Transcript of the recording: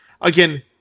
Again